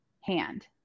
Hand